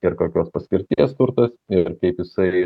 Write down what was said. ir kokios paskirties turtas ir kaip jisai